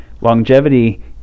longevity